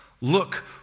Look